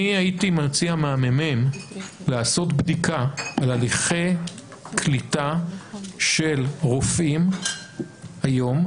אני הייתי מציע מהממ"מ לעשות בדיקה על הליכי קליטה של רופאים היום,